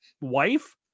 wife